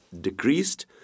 decreased